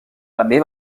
també